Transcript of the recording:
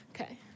Okay